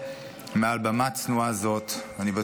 מעל במה צנועה זאת אני רוצה להודות להם,